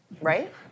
right